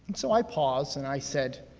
so, i paused and i said,